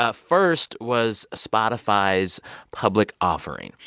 ah first was spotify's public offering.